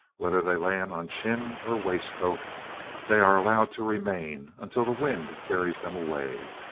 whether they land on chin or waistcoat they are allowed to remain until the wind carries them away.